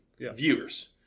viewers